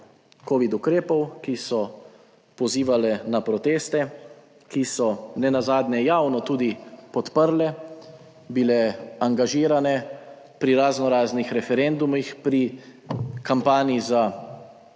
covid ukrepov, ki so pozivale na proteste, ki so nenazadnje javno tudi podprle, bile angažirane pri raznoraznih referendumih, pri kampanji za